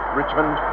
richmond